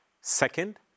Second